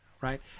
right